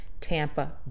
Tampa